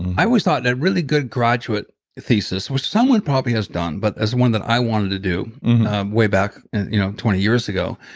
i always thought that really good graduate thesis, which someone probably has done, but is one that i wanted to do way back you know twenty years ago,